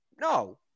No